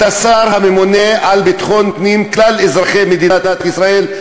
אתה שר הממונה על ביטחון הפנים של כלל אזרחי מדינת ישראל,